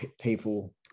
people